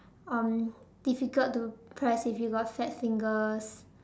um difficult to press if you got fat fingers